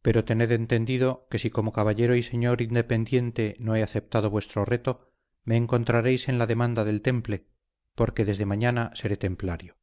pero tened entendido que si como caballero y señor independiente no he aceptado vuestro reto me encontraréis en la demanda del temple porque desde mañana seré templario